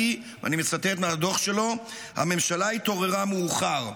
ואני מצטט מהדוח שלו: "הממשלה התעוררה מאוחר".